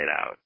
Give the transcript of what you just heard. out